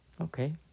Okay